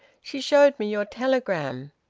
she showed me your telegram.